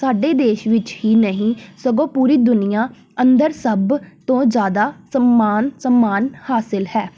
ਸਾਡੇ ਦੇਸ਼ ਵਿੱਚ ਹੀ ਨਹੀਂ ਸਗੋਂ ਪੂਰੀ ਦੁਨੀਆਂ ਅੰਦਰ ਸਭ ਤੋਂ ਜ਼ਿਆਦਾ ਸਮਾਨ ਸਮਾਨ ਹਾਸਿਲ ਹੈ